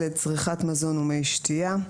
צריכת מזון ומי שתיה.